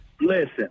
listen